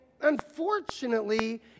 unfortunately